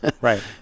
right